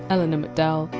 eleanor mcdowall,